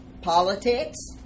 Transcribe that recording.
politics